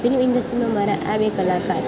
film ઇન્ડસ્ટ્રીમાં મારા આ બે કલાકાર